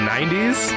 90s